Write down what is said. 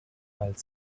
while